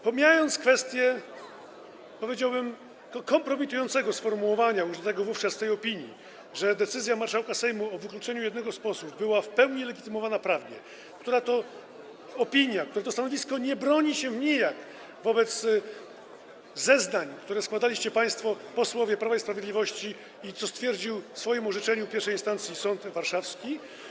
Pomijając kwestię, powiedziałbym, kompromitującego sformułowania użytego wówczas w tej opinii, że decyzja marszałka Sejmu o wykluczeniu jednego z posłów była w pełni legitymowana prawnie, to stanowisko nie broni się nijak wobec zeznań, które składaliście państwo posłowie Prawa i Sprawiedliwości, wobec tego, co stwierdził w swoim orzeczeniu w I instancji sąd warszawski.